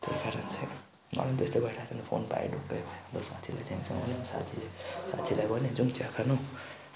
त्यसै कारण चाहिँ मलाई पनि त्यस्तै भइरहेको थियो नि त फोन पाएँ ढुक्कै भयो र साथीले थ्याङ्क्स भन्यो साथीले साथीलाई भन्यो जाउँ चिया खानु